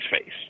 face